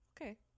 Okay